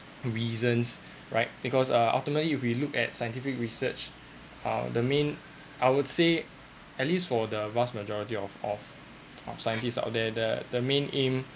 reasons right because uh ultimately if we look at scientific research uh the main I would say at least for the vast majority of of scientists out there the the main aim